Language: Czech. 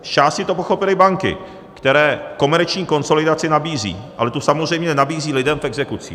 Zčásti to pochopily banky, které komerční konsolidaci nabízí, ale tu samozřejmě nenabízí lidem v exekucích.